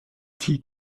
die